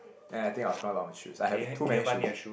and I think I will spoil my shoes I have too many shoes